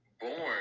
born